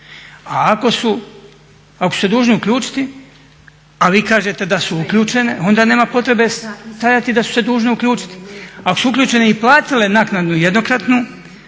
A ako su dužni se uključiti a vi kažete da su uključene onda nema potrebe stajati da su se dužne uključiti. Ako su uključene i platile naknadu jednokratnu